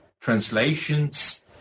translations